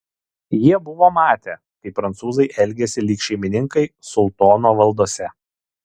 jie buvo matę kaip prancūzai elgiasi lyg šeimininkai sultono valdose